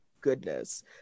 goodness